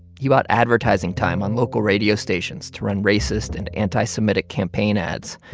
he bought advertising time on local radio stations to run racist and anti-semitic campaign ads.